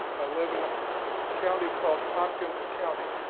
i live in a county called tompkins county.